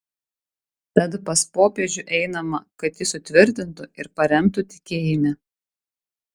tad pas popiežių einama kad jis sutvirtintų ir paremtų tikėjime